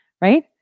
right